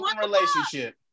relationship